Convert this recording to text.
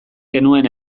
genuen